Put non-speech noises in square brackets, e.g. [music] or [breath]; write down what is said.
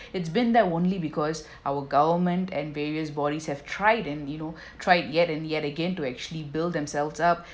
it's been there only because our government and various bodies have tried and you know tried yet and yet again to actually build themselves up [breath]